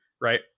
right